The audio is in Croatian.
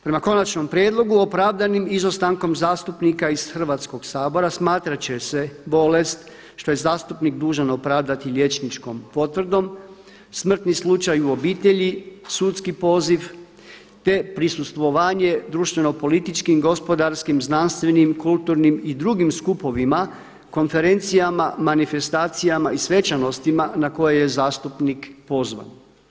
Prema konačnom prijedlogu opravdanim izostankom zastupnika iz Hrvatskog sabora smatrat će se bolest što je zastupnik dužan opravdati liječničkom potvrdom, smrtnim slučaj u obitelji, sudski poziv, te prisustvovanje društveno-političkim, gospodarskim, znanstvenim, kulturnim i drugim skupovima, konferencijama, manifestacijama i svečanostima na koje je zastupnik pozvan.